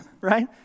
right